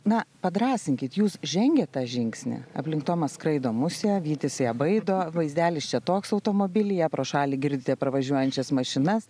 na padrąsinkit jūs žengėt tą žingsnį aplink tomą skraido musė vytis ją baido vaizdelis čia toks automobilyje pro šalį girdite pravažiuojančias mašinas